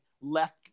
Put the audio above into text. left